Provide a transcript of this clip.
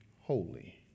holy